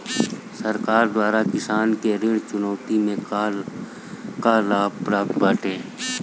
सरकार द्वारा किसानन के ऋण चुकौती में का का लाभ प्राप्त बाटे?